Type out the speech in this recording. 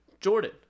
Jordan